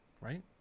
Right